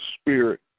spirit